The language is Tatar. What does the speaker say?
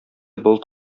болыт